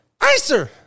ICER